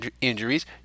injuries